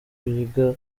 rwiga